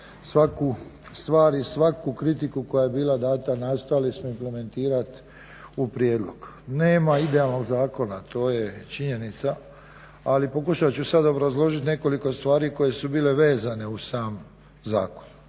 svaku stvar i svaku kritiku koja je bila dana nastojali smo implementirati u prijedlog. Nema idealnog zakona to je činjenica, ali pokušat ću sada obrazložiti nekoliko stvari koje su bile vezane uz sam zakon.